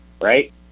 right